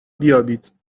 بیابید